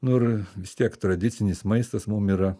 nu ir vis tiek tradicinis maistas mum yra